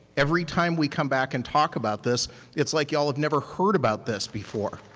every time we come back and talk about this it's like y'all have never heard about this before.